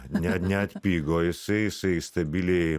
ne neatpigo jisai jisai stabiliai